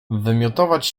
wymiotować